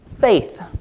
Faith